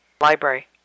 library